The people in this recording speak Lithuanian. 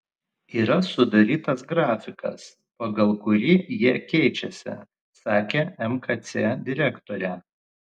yra sudarytas grafikas pagal kurį jie keičiasi sakė mkc direktorė